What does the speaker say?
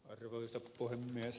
arvoisa puhemies